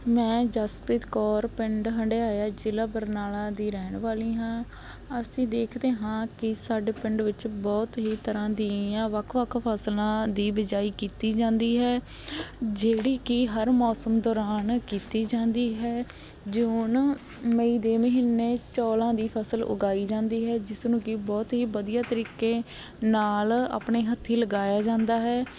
ਮੈਂ ਜਸਪ੍ਰੀਤ ਕੌਰ ਪਿੰਡ ਹੰਡਿਆਇਆ ਜ਼ਿਲ੍ਹਾ ਬਰਨਾਲਾ ਦੀ ਰਹਿਣ ਵਾਲੀ ਹਾਂ ਅਸੀਂ ਦੇਖਦੇ ਹਾਂ ਕਿ ਸਾਡੇ ਪਿੰਡ ਵਿੱਚ ਬਹੁਤ ਹੀ ਤਰ੍ਹਾਂ ਦੀਆਂ ਵੱਖ ਵੱਖ ਫਸਲਾਂ ਦੀ ਬਿਜਾਈ ਕੀਤੀ ਜਾਂਦੀ ਹੈ ਜਿਹੜੀ ਕਿ ਹਰ ਮੌਸਮ ਦੌਰਾਨ ਕੀਤੀ ਜਾਂਦੀ ਹੈ ਜੂਨ ਮਈ ਦੇ ਮਹੀਨੇ ਚੌਲ੍ਹਾਂ ਦੀ ਫਸਲ ਉਗਾਈ ਜਾਂਦੀ ਹੈ ਜਿਸ ਨੂੰ ਕਿ ਬਹੁਤ ਹੀ ਵਧੀਆ ਤਰੀਕੇ ਨਾਲ ਆਪਣੇ ਹੱਥੀਂ ਲਗਾਇਆ ਜਾਂਦਾ ਹੈ